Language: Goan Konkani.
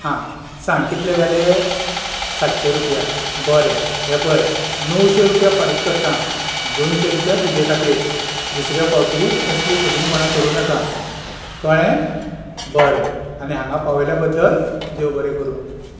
हां सांग कितले जाले सातशे रूपया बरें हें पळय णवशे रूपया फारीक करतां दोनशे रूपया तुजे खातीर दुसऱ्या फावटीं असली फटींगपणां करूं नाका कळ्ळें बरें आनी हांगा पावयिल्ल्या बद्दल देव बरें करूं